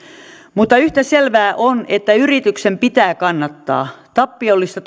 mutta yhtä selvää on että yrityksen pitää kannattaa tappiollista